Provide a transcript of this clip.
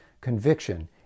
conviction